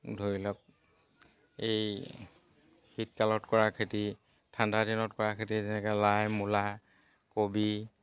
ধৰি লওক এই শীতকালত কৰা খেতি ঠাণ্ডা দিনত কৰা খেতি যেনেকে লাই মূলা কবি